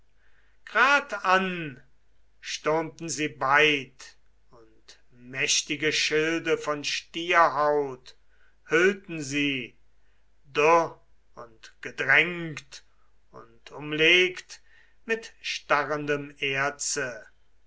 anchises gradan stürmten sie beid und mächtige schilde von stierhaut hüllten sie dürr und gedrängt und umlegt mit starrendem erze